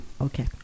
Okay